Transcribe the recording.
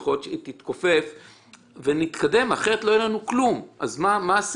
כך נתקדם, אחרת לא יהיה לנו כלום ואז מה עשינו.